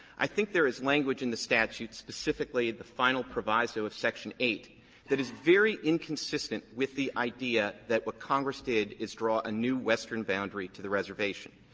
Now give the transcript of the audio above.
i think there is language in the statute. specifically, the final proviso of section eight that is very inconsistent with the idea that what congress did is draw a new western boundary to the reservation,